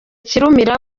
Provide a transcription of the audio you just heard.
kirumira